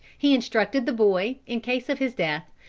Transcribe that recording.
he instructed the boy, in case of his death,